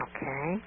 Okay